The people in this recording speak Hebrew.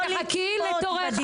עאידה, את תחכי לתורך.